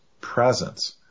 presence